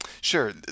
Sure